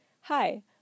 Hi